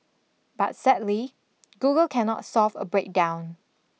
but sadly Google cannot solve a breakdown